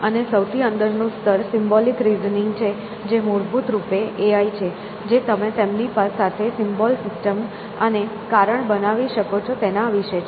અને સૌથી અંદરનું સ્તર સિમ્બોલિક રિઝનિંગ છે જે મૂળભૂત રૂપે એઆઈ છે જે તમે તેમની સાથે સિમ્બોલ સિસ્ટમ અને કારણ બનાવી શકો છો તેના વિશે છે